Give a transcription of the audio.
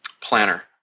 planner